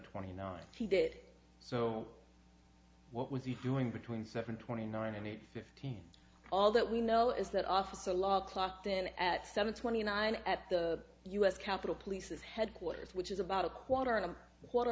twenty nine he did so what was he doing between seven twenty nine and eight fifteen all that we know is that officer law clocked in at seven twenty nine at the u s capitol police headquarters which is about a quarter and a quarter